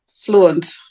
fluent